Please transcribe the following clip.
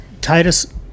Titus